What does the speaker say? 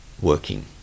working